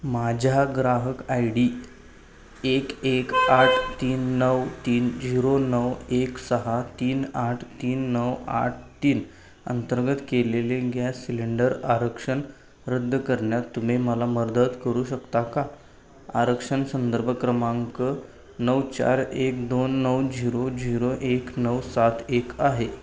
माझ्या ग्राहक I D एक एक आठ तीन नऊ तीन झिरो नऊ एक सहा तीन आठ तीन नऊ आठ तीन अंतर्गत केलेले गॅस सिलेंडर आरक्षण रद्द करण्यात तुम्ही मला मदत करू शकता का आरक्षण संदर्भ क्रमांक नऊ चार एक दोन नऊ झिरो झिरो एक नऊ सात एक आहे